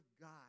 God